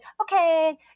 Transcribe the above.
okay